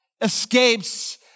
escapes